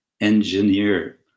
engineer